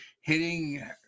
hitting